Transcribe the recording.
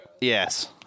yes